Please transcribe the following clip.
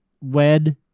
WED